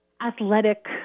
athletic